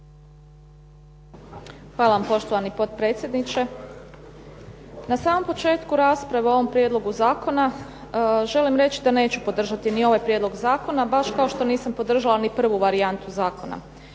Hvala vam poštovani potpredsjedniče. Na samom početku rasprave o ovom prijedlogu zakona želim reći da neću podržati ni ovaj prijedlog zakona baš kao što nisam podržala ni prvu varijantu zakona.